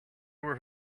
were